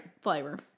flavor